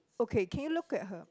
okay can you look at her